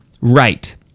right